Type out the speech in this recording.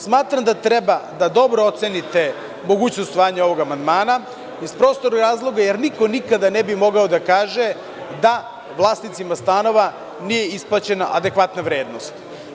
Smatram da treba da dobro ocenite mogućnost ovog amandman, iz prostog razloga, jer niko nikada ne bi mogao da kaže da vlasnicima stanova nije isplaćena adekvatna vrednost.